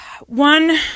one